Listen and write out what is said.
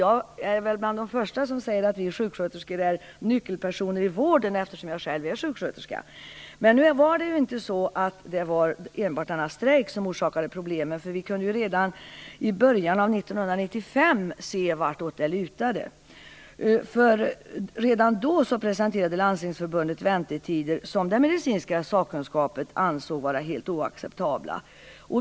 Jag är väl bland de första att säga att vi sjuksköterskor är nyckelpersoner i vården. Jag är ju själv sjuksköterska. Men nu var det inte så att det enbart var strejken som orsakade problemen. Vi kunde ju redan i början av 1995 se varåt det lutade. Redan då presenterade Landstingsförbundet väntetider som den medicinska sakkunskapen ansåg vara helt oacceptabla.